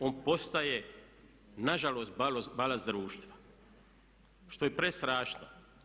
On postaje na žalost balast društva što je prestrašno.